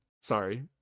Sorry